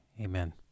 Amen